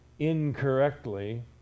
incorrectly